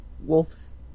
wolves